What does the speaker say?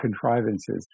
contrivances